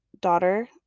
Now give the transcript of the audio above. daughter